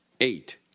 Eight